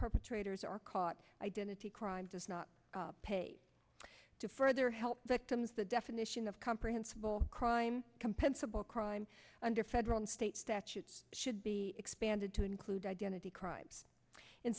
perpetrators are caught identity crime does not pay to further help victims the definition of comprehensible crime compensable crime under federal and state statutes should be expanded to include identity crimes in